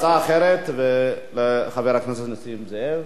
הצעה אחרת לחבר הכנסת נסים זאב.